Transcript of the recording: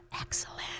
Excellent